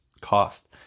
cost